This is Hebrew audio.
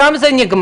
שם זה נגמר.